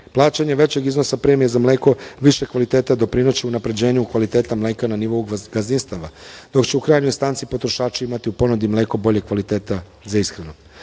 Plaćanje većeg iznosa premije za mleko višeg kvaliteta doprinećemo unapređenju kvaliteta mleka na nivou gazdinstava, dok će u krajnjoj instanci potrošači imati u ponudi mleko boljeg kvaliteta za ishranu. Naši